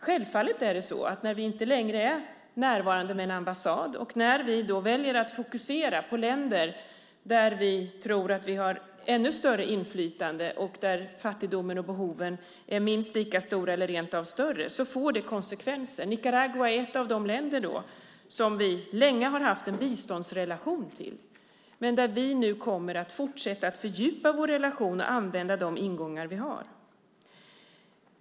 Självfallet är det så att när vi inte längre är närvarande med en ambassad och väljer att fokusera på länder där vi tror att vi har ännu större inflytande och där fattigdomen och behoven är minst lika stora, eller rent av större, får det konsekvenser. Nicaragua är ett av de länder som vi länge har haft en biståndsrelation till men där vi nu kommer att fortsätta att fördjupa vår relation och använda de ingångar vi har.